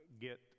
get